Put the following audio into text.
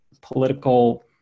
political